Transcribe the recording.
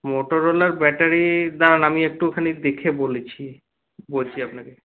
মোটোরোলার battery দাঁড়ান আমি একটুখানি দেখে বলছি বলছি আপনাকে